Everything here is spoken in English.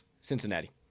Cincinnati